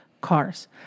cars